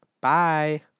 bye